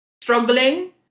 struggling